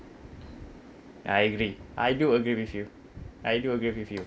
I agree I do agree with you I do agree with you